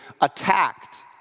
attacked